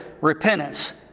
repentance